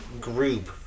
group